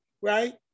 right